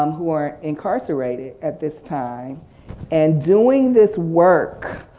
um who are incarcerated at this time and doing this work